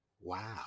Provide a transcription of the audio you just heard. wow